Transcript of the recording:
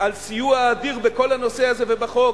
על סיוע אדיר בכל הנושא הזה ובחוק.